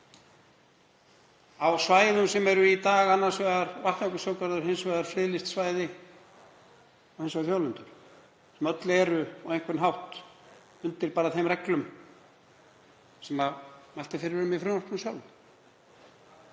á svæðum sem eru í dag annars vegar Vatnajökulsþjóðgarður og hins vegar friðlýst svæði eins og þjóðlendur, sem öll eru á einhvern hátt undir þeim reglum sem mælt er fyrir um í frumvarpinu sjálfu.